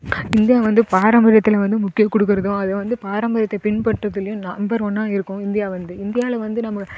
India வந்து பாரம்பரியத்தில் வந்து முக்கியம் கொடுக்குறதும் அது வந்து பாரம்பரியத்தை பின்பற்றுதிலேயும் நம்பர் ஒன்றா இருக்கும் இந்தியா வந்து இந்தியாவில் வந்து நம்ம